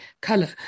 color